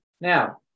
Now